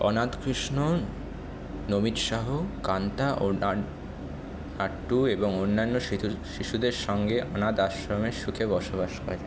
অনাথ কৃষ্ণ নমিত শাহ কান্তা ও নাট নাট্টু এবং অন্যান্য শিতু শিশুদের সঙ্গে অনাথ আশ্রমে সুখে বসবাস করে